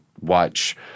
watch